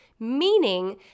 meaning